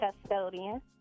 custodian